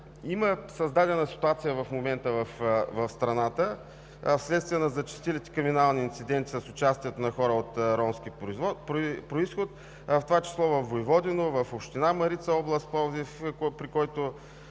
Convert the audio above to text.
Има създадена ситуация в момента в страната, вследствие на зачестилите криминални инциденти с участието на хора от ромски произход, в това число във Войводиново, в община Марица – област Пловдив,